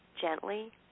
gently